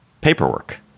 paperwork